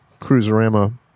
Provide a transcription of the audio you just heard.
cruiserama